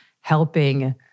helping